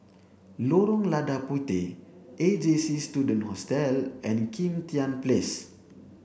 Lorong Lada Puteh A J C Student Hostel and Kim Tian Place